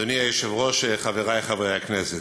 אדוני היושב-ראש, חברי חברי הכנסת,